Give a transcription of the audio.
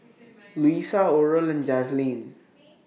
Louisa Oral and Jazlene